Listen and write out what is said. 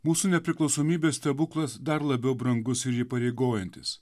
mūsų nepriklausomybės stebuklas dar labiau brangus ir įpareigojantis